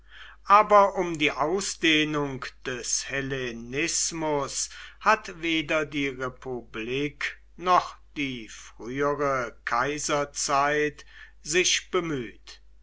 aber um die ausdehnung des hellenismus hat weder die republik noch die frühere kaiserzeit sich bemüht